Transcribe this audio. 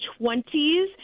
20s